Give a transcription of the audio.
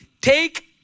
take